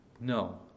no